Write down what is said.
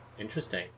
Interesting